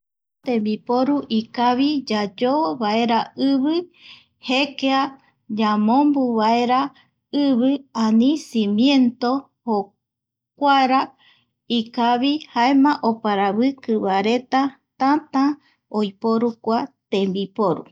Tembiporu ikavi yayo vaera ivi, jekea, yamombu vaera ivi ani cimiento joku ara ikavi jaema oparaviki vaereta tata oiporu kua tembiporu